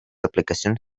aplicacions